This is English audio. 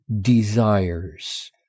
desires